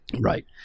Right